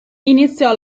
iniziò